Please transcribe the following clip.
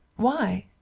why?